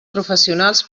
professionals